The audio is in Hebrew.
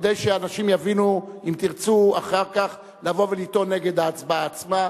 כדי שאנשים יבינו: אם תרצו אחר כך לבוא ולטעון נגד ההצבעה עצמה,